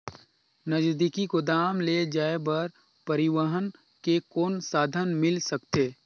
नजदीकी गोदाम ले जाय बर परिवहन के कौन साधन मिल सकथे?